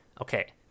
Okay